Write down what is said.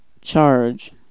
charge